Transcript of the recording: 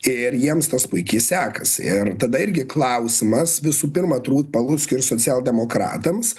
ir jiems tas puikiai sekasi ir tada irgi klausimas visų pirma turbūt paluckui ir socialdemokratams